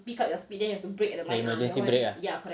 emergency brake ah